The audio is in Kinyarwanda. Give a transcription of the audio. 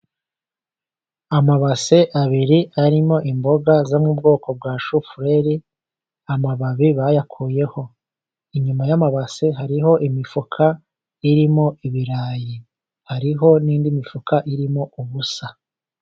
Amabase abiri arimo imboga zo mu bwoko bwa shufureri, amababi bayakuyeho. Inyuma y'amabase hariho imifuka irimo ibirayi, hariho n'indi mifuka irimo ubusa.